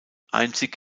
einzig